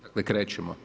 Dakle krećemo.